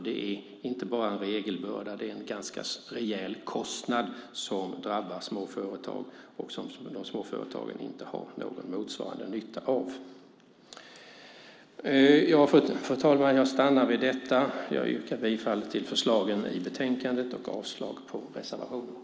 Det är inte bara en regelbörda, det är en ganska rejäl kostnad som drabbar småföretagen och som småföretagen inte har någon motsvarande nytta av. Fru talman! Jag yrkar bifall till förslaget i betänkandet och avslag på reservationerna.